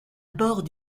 bord